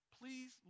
Please